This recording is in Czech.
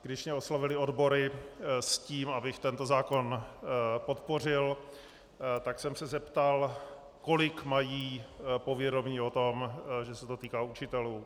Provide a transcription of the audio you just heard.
Když mě oslovily odbory s tím, abych tento zákon podpořil, tak jsem se zeptal, kolik mají povědomí o tom, že se to týká učitelů.